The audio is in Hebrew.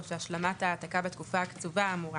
או שהשלמת ההעתקה בתקופה הקצובה האמורה,